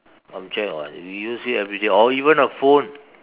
object [what] if you use it everyday or even a phone